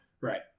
Right